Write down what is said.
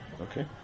Okay